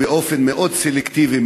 שמתקבלות באופן מאוד סלקטיבי,